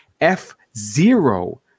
f-zero